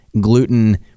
gluten